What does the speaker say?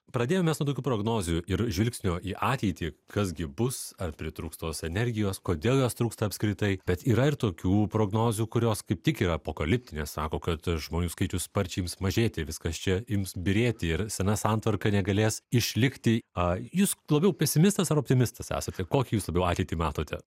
pradėjom mes nuo tokių prognozių ir žvilgsnio į ateitį kas gi bus ar pritrūks tos energijos kodėl jos trūksta apskritai bet yra ir tokių prognozių kurios kaip tik yra apokaliptinės sako kad žmonių skaičius sparčiai ims mažėti viskas čia ims byrėti ir sena santvarka negalės išlikti a jūs labiau pesimistas ar optimistas esate kokį jūs labiau ateitį matote